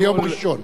יום ראשון.